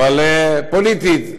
אבל פוליטית.